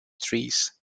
trees